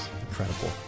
Incredible